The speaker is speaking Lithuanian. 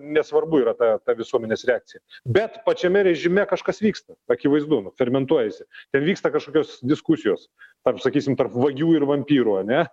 nesvarbu yra ta ta visuomenės reakcija bet pačiame režime kažkas vyksta akivaizdu fermentuojasi ten vyksta kažkokios diskusijos tarp sakysim tarp vagių ir vampyrų ane